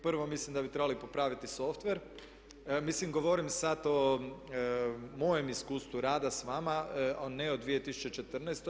Prvo mislim da bi trebali popraviti software, mislim govorim sad o mojem iskustvu rada s vama, ne od 2014.